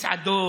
מסעדות,